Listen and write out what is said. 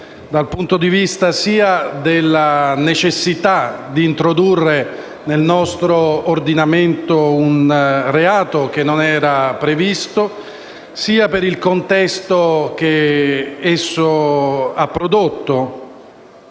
dal punto di vista della necessità di introdurre nel nostro ordinamento un reato che non era previsto, sia per il contesto che esso ha prodotto.